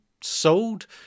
sold